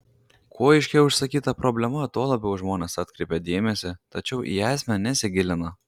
kuo aiškiau išsakyta problema tuo labiau žmonės atkreipia dėmesį tačiau į esmę nesigilina